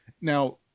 Now